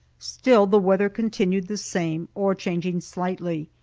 still the weather continued the same, or changing slightly.